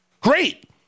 Great